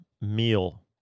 meal